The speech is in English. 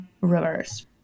reverse